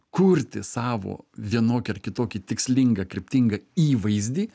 kurti savo vienokį ar kitokį tikslingą kryptingą įvaizdį